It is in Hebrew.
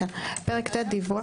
פרק ט': דיווח.